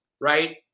right